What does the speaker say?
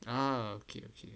ah okay okay